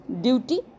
duty